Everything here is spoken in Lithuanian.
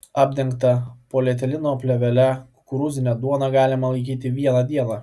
apdengtą polietileno plėvele kukurūzinę duoną galima laikyti vieną dieną